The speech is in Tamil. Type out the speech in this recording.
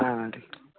ஆ நன்றி